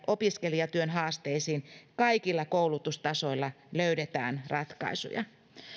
opiskelijatyön haasteisiin kaikilla koulutustasoilla löydetään ratkaisuja